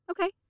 Okay